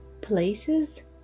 Places